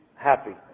Happy